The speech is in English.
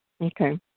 Okay